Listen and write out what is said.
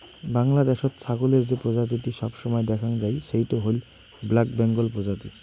বাংলাদ্যাশত ছাগলের যে প্রজাতিটি সবসময় দ্যাখাং যাই সেইটো হইল ব্ল্যাক বেঙ্গল প্রজাতি